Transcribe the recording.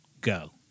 Go